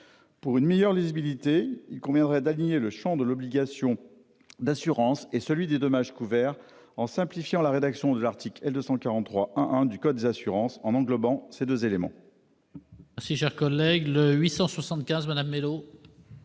Pour une meilleure lisibilité, il conviendrait d'aligner le champ de l'obligation d'assurance et celui des dommages couverts, en simplifiant la rédaction de l'article L. 243-1-1 du code des assurances et en englobant ces deux éléments.